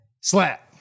Slap